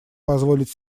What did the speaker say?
позволить